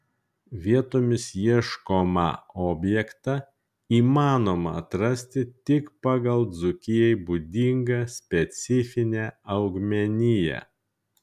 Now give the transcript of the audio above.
vietomis ieškomą objektą įmanoma atrasti tik pagal dzūkijai būdingą specifinę augmeniją